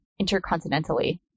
intercontinentally